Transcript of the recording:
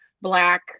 black